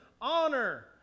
honor